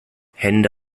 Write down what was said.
hände